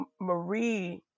Marie